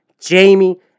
Jamie